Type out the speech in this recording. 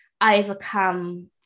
overcome